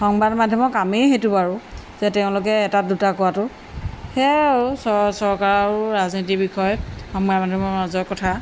সংবাদ মাধ্যমৰ কামেই সেইটো বাৰু যে তেওঁলোকে এটাত দুটা কোৱাটো সেয়াই আৰু চ চৰকাৰৰ ৰাজনীতিৰ বিষয় সংবাদ মাধ্যমৰ মাজৰ কথা